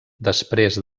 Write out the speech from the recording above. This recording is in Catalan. després